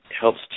helps